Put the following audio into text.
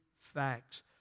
facts